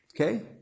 Okay